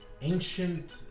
ancient